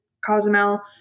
Cozumel